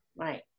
Right